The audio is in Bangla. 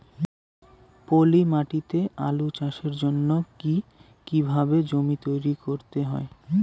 পলি মাটি তে আলু চাষের জন্যে কি কিভাবে জমি তৈরি করতে হয়?